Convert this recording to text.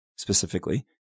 specifically